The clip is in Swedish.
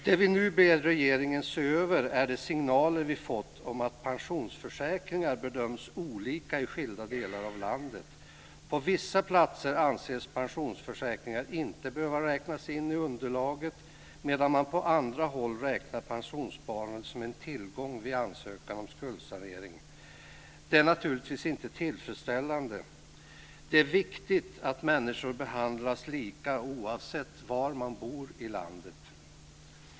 Det vi nu ber regeringen se över är de signaler vi fått om att pensionsförsäkringar bedöms olika i skilda delar av landet. På vissa platser anses pensionsförsäkringar inte behöva räknas in i underlaget, medan man på andra håll räknar pensionssparandet som en tillgång vid ansökan om skuldsanering. Det är naturligtvis inte tillfredsställande. Det är viktigt att människor behandlas lika oavsett var de bor i landet.